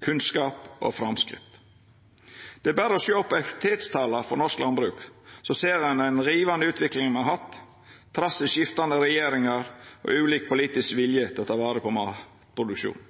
kunnskap og framsteg. Det er berre å sjå på effektivitetstala for norsk landbruk, så ser ein den rivande utviklinga me har hatt trass i skiftande regjeringar og ulik politisk vilje til å ta vare på matproduksjonen.